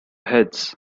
heads